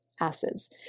acids